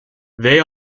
they